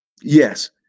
yes